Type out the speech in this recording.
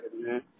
man